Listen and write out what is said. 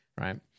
right